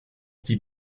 die